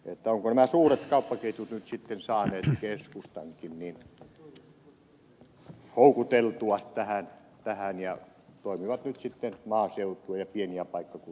ovatko nämä suuret kauppaketjut nyt sitten saaneet keskustankin houkuteltua tähän ja se toimii nyt sitten maaseutua ja pieniä paikkakuntia vastaan